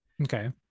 Okay